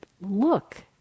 look